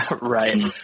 Right